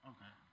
Okay